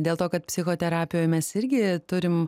dėl to kad psichoterapijoj mes irgi turim